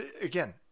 again